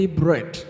bread